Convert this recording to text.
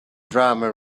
drama